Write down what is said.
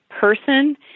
person